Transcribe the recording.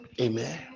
Amen